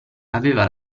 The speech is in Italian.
aveva